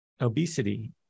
obesity